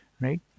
right